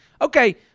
Okay